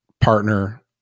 partner